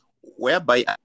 whereby